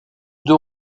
deux